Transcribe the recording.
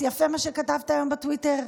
יפה מה שכתבת היום בטוויטר,